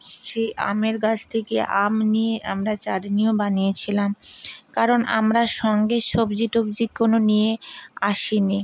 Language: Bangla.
সেই আমের গাছ থেকে আম নিয়ে আমরা চাটনিও বানিয়েছিলাম কারণ আমরা সঙ্গে সবজি টবজি কোনো নিয়ে আসি নি